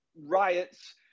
riots